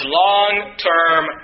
long-term